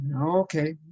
okay